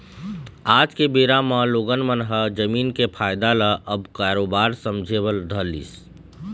आज के बेरा म लोगन मन ह जमीन के फायदा ल अब बरोबर समझे बर धर लिस